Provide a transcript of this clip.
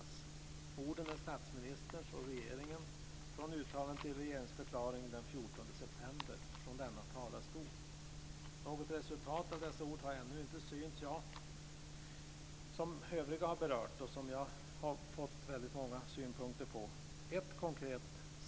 Dessa ord kommer från statsministern och uttalades i regeringsförklaringen den 14 september från denna talarstol. Något resultat av dessa ord har ännu inte synts. Andra har berört en fråga som jag på ett konkret sätt har fått många synpunkter på.